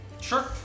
Sure